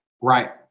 Right